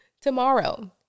Tomorrow